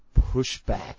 pushback